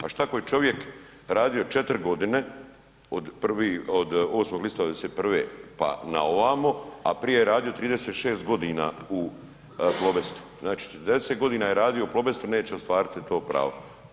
A što ako je čovjek radio 4 godine od 8. listopada 91. pa na ovamo, a prije je radio 36 godina u Plobest, znači 40 godina je radio u Plobest, neće ostvariti to pravo.